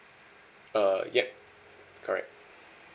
uh yup correct